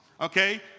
okay